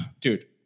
dude